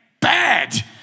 bad